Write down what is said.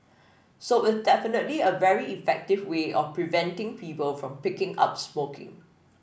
so it's definitely a very effective way of preventing people from picking up smoking